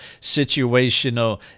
situational